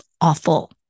awful